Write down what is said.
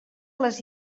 les